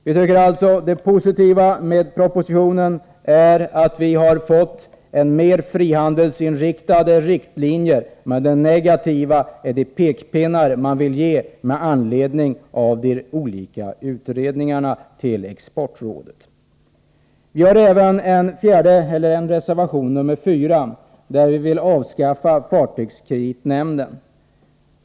Vi tycker alltså att det positiva med propositionen är att det blivit mer av frihandelsinriktade riktlinjer, men det negativa är de pekpinnar man vill ge Exportrådet med anledning av de olika utredningarna. Vi har även en reservation — nr 4 — om att vi vill avskaffa fartygskreditnämnden.